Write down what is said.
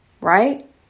Right